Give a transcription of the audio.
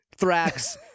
Thrax